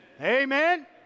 Amen